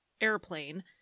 airplane